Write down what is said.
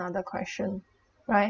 question right